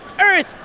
earth